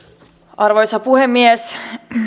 arvoisa puhemies